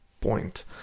point